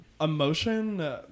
Emotion